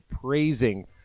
praising